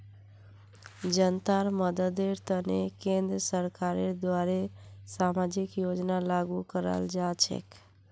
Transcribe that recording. जनतार मददेर तने केंद्र सरकारेर द्वारे सामाजिक योजना लागू कराल जा छेक